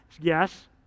Yes